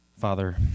Father